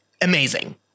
amazing